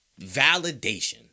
validation